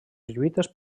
lluites